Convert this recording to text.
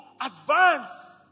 advance